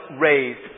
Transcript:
raised